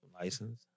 license